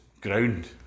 ground